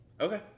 Okay